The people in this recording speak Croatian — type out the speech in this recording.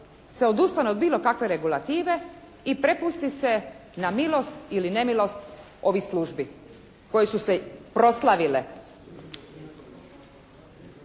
se odustane od bilo kakve regulative i prepusti se na milost ili nemilost ovih službi koje su se proslavile.